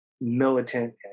militant